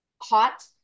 hot